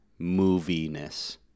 moviness